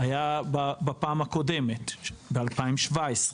בפעם שעברה, ב-2017,